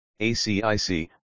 ACIC